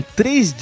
três